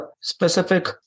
specific